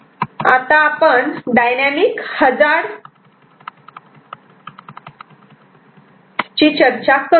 आता आपण dynamic hazard ची चर्चा करू